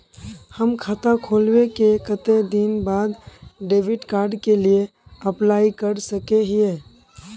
हम खाता खोलबे के कते दिन बाद डेबिड कार्ड के लिए अप्लाई कर सके हिये?